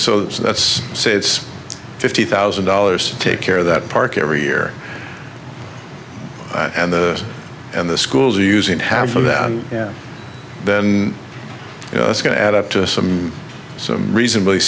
that's say it's fifty thousand dollars take care of that park every year and the and the schools are using half of that and then it's going to add up to some so i'm reasonably